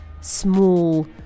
small